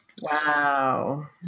Wow